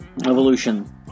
evolution